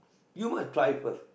you must try first